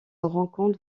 rencontre